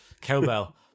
cowbell